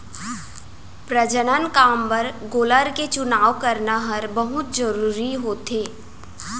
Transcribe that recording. प्रजनन काम बर गोलर के चुनाव करना हर बहुत जरूरी होथे